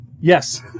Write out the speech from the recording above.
Yes